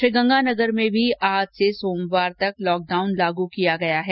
श्रीगंगानगर में भी आज से सोमवार तक लॉकडाउन लागू किया गया है